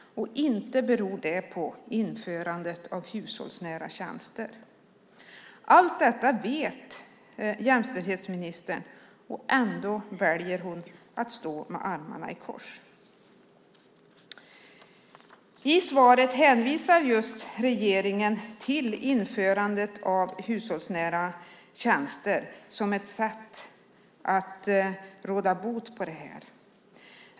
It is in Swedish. Och inte beror det på införandet av hushållsnära tjänster. Allt detta vet jämställdhetsministern, och ändå väljer hon att stå med armarna i kors. I svaret hänvisar regeringen just till införandet av hushållsnära tjänster som ett sätt att råda bot på det här.